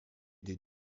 des